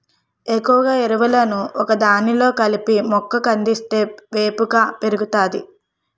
ఎక్కువ ఎరువులను ఒకదానిలో కలిపి మొక్క కందిస్తే వేపుగా పెరుగుతాది